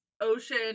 ocean